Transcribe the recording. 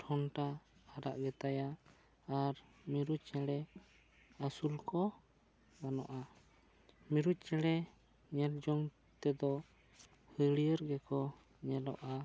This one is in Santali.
ᱴᱷᱚᱱᱴᱟ ᱟᱨᱟᱜ ᱜᱮ ᱛᱟᱭᱟ ᱟᱨ ᱢᱤᱨᱩ ᱪᱮᱬᱮ ᱟᱹᱥᱩᱞ ᱠᱚ ᱜᱟᱱᱚᱜᱼᱟ ᱢᱤᱨᱩ ᱪᱮᱬᱮ ᱧᱮᱞᱡᱚᱝ ᱛᱮᱫᱚ ᱦᱟᱹᱨᱭᱟᱹᱲ ᱜᱮᱠᱚ ᱧᱮᱞᱚᱜᱼᱟ